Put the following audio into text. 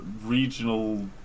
regional